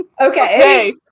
Okay